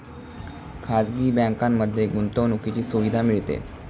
खाजगी बँकांमध्ये गुंतवणुकीची सुविधा मिळते